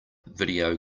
video